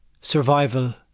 survival